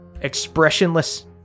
expressionless